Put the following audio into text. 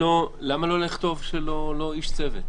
למה לא לכתוב לא איש מאנשי הצוות?